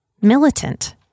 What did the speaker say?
militant